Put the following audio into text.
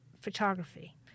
photography